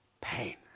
Pain